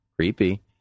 Creepy